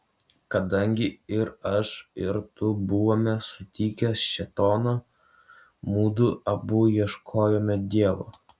kadangi ir aš ir tu buvome sutikę šėtoną mudu abu ieškojome dievo